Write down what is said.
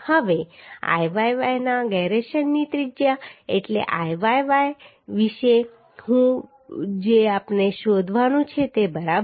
હવે Iyy ના gyration ની ત્રિજ્યા એટલે y y વિશે શું હશે તે આપણે શોધવાનું છે બરાબર